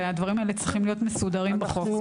והדברים האלה צריכים להיות מסודרים בחוק.